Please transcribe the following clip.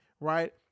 right